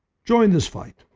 join this fight.